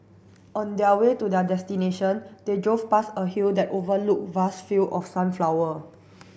on their way to their destination they drove past a hill that overlooked vast field of sunflower